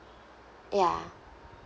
ya